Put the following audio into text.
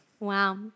Wow